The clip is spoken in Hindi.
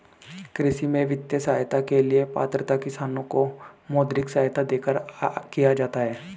कृषि में वित्तीय सहायता के लिए पात्रता किसानों को मौद्रिक सहायता देकर किया जाता है